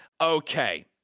okay